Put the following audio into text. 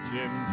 Jim